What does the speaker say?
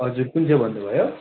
हजुर कुन चाहिँ भन्नु भयो